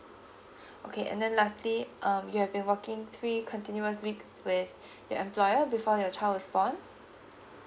okay and then lastly um you have been working three continuous weeks with your employer before your child is born